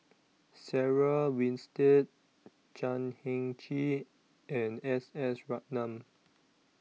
Sarah Winstedt Chan Heng Chee and S S Ratnam